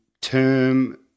term